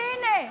הינה,